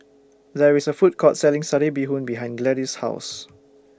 There IS A Food Court Selling Satay Bee Hoon behind Gladys' House